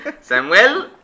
Samuel